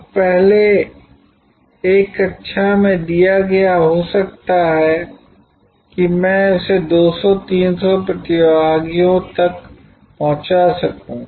अब पहले एक कक्षा में दिया गया हो सकता है कि मैं इसे २०० ३०० प्रतिभागियों तक पहुँचा सकूँ